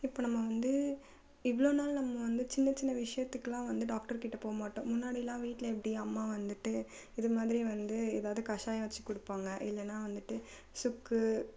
இப்போ நம்ம வந்து இவ்வளோ நாள் நம்ம வந்து சின்ன சின்ன விஷியத்துக்கெலாம் வந்து டாக்டர்கிட்ட போக மாட்டோம் முன்னாடிலாம் வீட்டில எப்படி அம்மா வந்துட்டு இது மாதிரி வந்து ஏதாவது கசாயம் வச்சு கொடுப்பாங்க இல்லைனா வந்துட்டு சுக்கு